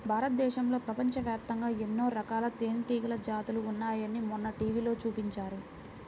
భారతదేశంలో, ప్రపంచవ్యాప్తంగా ఎన్నో రకాల తేనెటీగల జాతులు ఉన్నాయని మొన్న టీవీలో చూపించారు